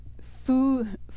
food